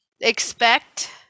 expect